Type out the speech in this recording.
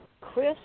Chris